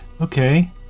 Okay